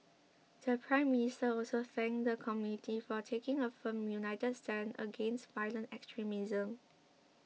the Prime Minister also thanked the community for taking a firm united stand against violent extremism